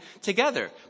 together